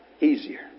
easier